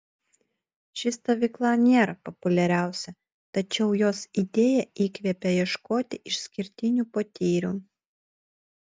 ši stovykla nėra populiariausia tačiau jos idėja įkvepia ieškoti išskirtinių potyrių